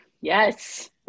Yes